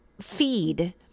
feed